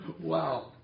Wow